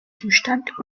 zustand